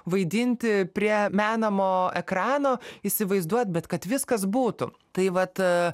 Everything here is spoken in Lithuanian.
vaidinti prie menamo ekrano įsivaizduot bet kad viskas būtų tai vat